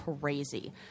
crazy